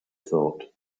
thought